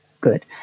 good